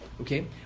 okay